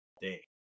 day